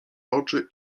oczy